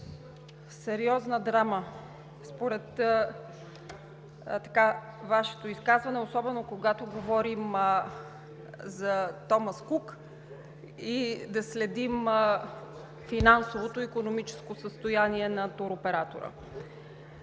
сериозна драма според Вашето изказване, особено когато говорим за „Томас Кук“ и да следим финансовото и икономическо състояние на туроператора.